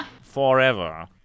Forever